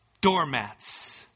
doormats